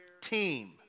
team